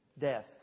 Death